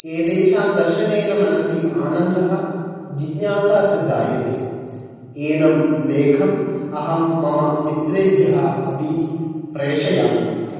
एतेषां दर्शनेन मनसि आनन्दः जिज्ञासा च जायते एनं लेखम् अहं मम मित्रेभ्यः अपि प्रेषयामि